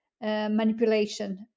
manipulation